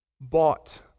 bought